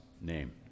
name